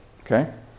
okay